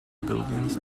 buildings